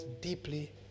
deeply